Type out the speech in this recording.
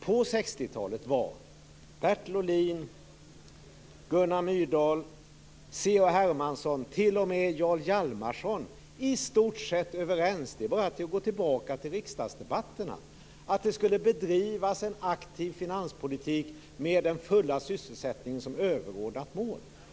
På 60-talet var Bertil Ohlin, Hjalmarsson i stort sett överens - det kan man se om man går tillbaka till riksdagsdebatterna - om att det skulle bedrivas en aktiv finanspolitik med den fulla sysselsättningen som överordnat mål.